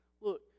look